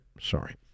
Sorry